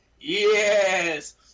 yes